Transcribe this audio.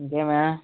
ఇంకా ఏమి